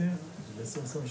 יחד עם שיתופים,